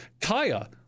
Kaya